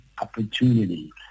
opportunity